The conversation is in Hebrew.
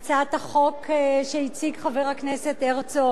הצעת החוק שהציג חבר הכנסת הרצוג,